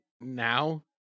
now